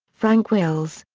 frank wills,